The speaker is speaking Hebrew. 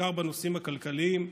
בעיקר בנושאים הכלכליים,